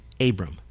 Abram